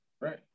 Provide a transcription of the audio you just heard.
Right